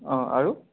অঁ আৰু